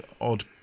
odd